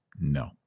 No